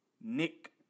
Nick